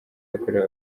yakorewe